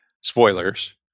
spoilers